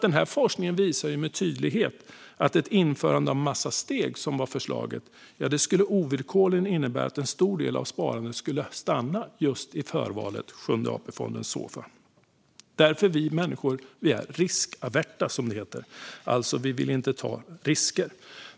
Den här forskningen visade med tydlighet att införandet av en massa steg, som var förslaget, ovillkorligen skulle innebära att en stor del av sparandet skulle stanna just i förvalet, det vill säga Sjunde AP-fonden Såfa. Människor är riskaverta, som det heter, och vill inte ta risker.